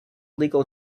legal